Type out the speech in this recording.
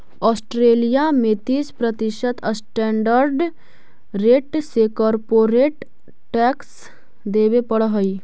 Australia में तीस प्रतिशत स्टैंडर्ड रेट से कॉरपोरेट टैक्स देवे पड़ऽ हई